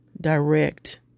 direct